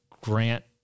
grant